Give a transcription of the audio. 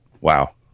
wow